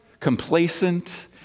complacent